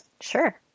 Sure